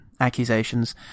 accusations